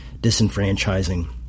disenfranchising